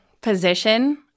position